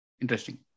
Interesting